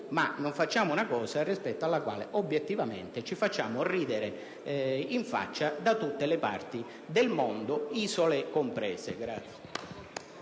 ma non facciamo una cosa rispetto alla quale obiettivamente ci rideranno in faccia da tutte le parti del mondo, isole comprese.